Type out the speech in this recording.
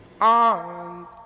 arms